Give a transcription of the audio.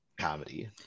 comedy